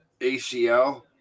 ACL